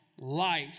life